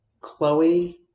chloe